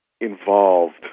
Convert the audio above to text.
involved